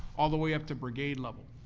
all the way up to brigade level.